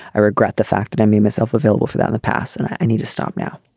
i regret the fact that i made myself available for that in the past and i need to stop now.